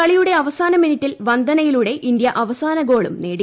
കളിയുടെ അവസാന മിനിട്ടിൽ വന്ദനയിലൂടെ ഇന്ത്യ അവസാന ഗോളും നേടി